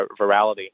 virality